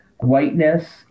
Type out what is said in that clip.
whiteness